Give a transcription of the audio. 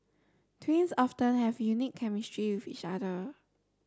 twins often have unique chemistry with each other